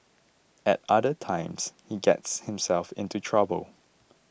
at other times he gets himself into trouble